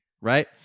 right